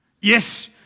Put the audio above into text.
Yes